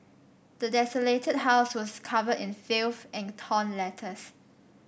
the desolated house was covered in filth and torn letters